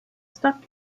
stuck